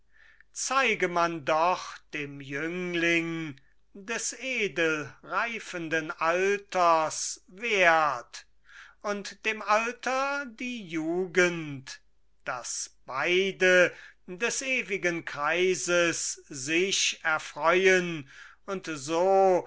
zeige man doch dem jüngling des edel reifenden alters wert und dem alter die jugend daß beide des ewigen kreises sich erfreuen und so